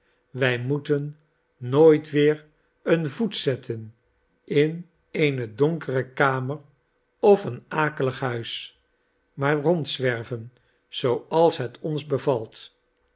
wij moeten nooit weer een voet zetten in eene donkere kamer of een akelig huis maar rondzwerven zooals het ons bevalt